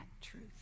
truth